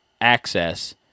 access